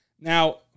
Now